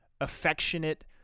affectionate